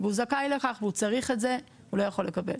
והוא זכאי לכך והוא צריך את זה, הוא לא יכול לקבל.